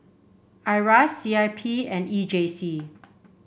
Iras C I P and E J C